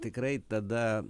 tikrai tada